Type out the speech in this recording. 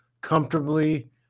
comfortably